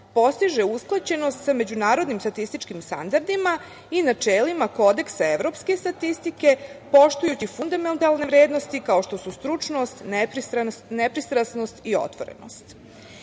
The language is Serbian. postiže usklađenost sa međunarodnim statističkim standardima i načelima kodeksa evropske statistike, poštujući fundamentalne vrednosti kao što su stručnost, nepristrasnost i otvorenost. Izuzetno